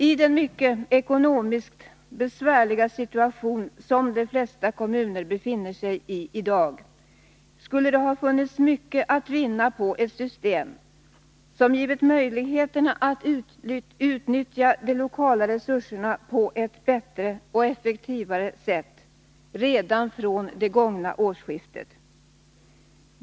I den mycket besvärliga ekonomiska situation som de flesta kommuner befinner sig i i dag skulle det ha funnits mycket att vinna på ett system som ger möjlighet att utnyttja de lokala resurserna på ett bättre och effektivare sätt redan från det gångna årsskiftet.